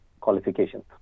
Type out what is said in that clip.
qualifications